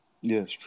Yes